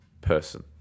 person